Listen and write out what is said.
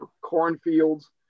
cornfields